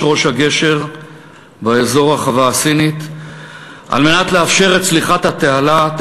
ראש הגשר באזור החווה הסינית על מנת לאפשר את צליחת התעלה,